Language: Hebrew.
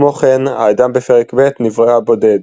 כמו כן, האדם בפרק ב' נברא בודד,